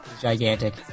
Gigantic